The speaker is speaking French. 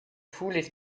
foules